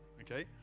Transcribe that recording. okay